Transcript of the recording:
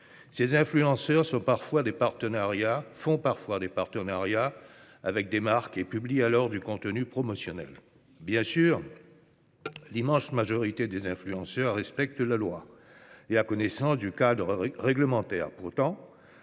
Ces influenceurs nouent parfois des partenariats avec des marques, et ils publient alors des contenus promotionnels. Si l'immense majorité des influenceurs respectent la loi et ont connaissance du cadre réglementaire,